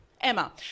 Emma